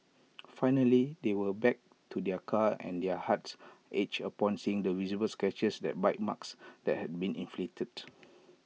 finally they went back to their car and their hearts ached upon seeing the visible scratches that bite marks that had been inflicted